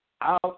out